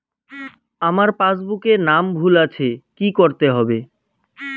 আমার পাসবুকে নাম ভুল আছে কি করতে হবে?